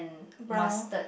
brown